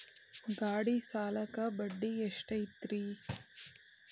ಗಾಡಿ ಸಾಲಕ್ಕ ಬಡ್ಡಿ ಎಷ್ಟೈತ್ರಿ?